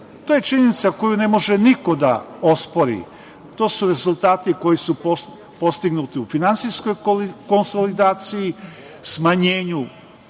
To je činjenica koju ne može niko da ospori. To su rezultati koji su postignuti u finansijskoj konsolidaciji, smanjenju